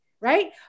right